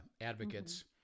advocates